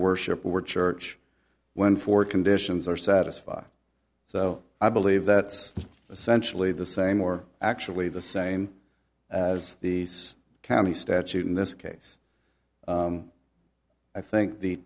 worship were church when four conditions are satisfied so i believe that's essentially the same or actually the same as these counties statute in this case i think the